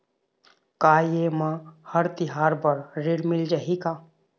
का ये मा हर तिहार बर ऋण मिल जाही का?